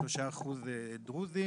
3% דרוזים.